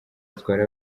zitwara